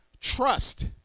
trust